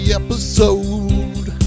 episode